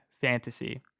fantasy